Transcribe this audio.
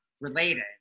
related